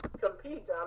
compete